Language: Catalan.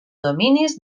dominis